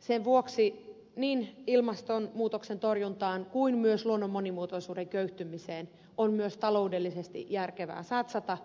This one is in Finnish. sen vuoksi niin ilmastonmuutoksen torjuntaan kuin myös luonnon monimuotoisuuden köyhtymiseen on myös taloudellisesti järkevää satsata